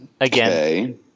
again